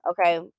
okay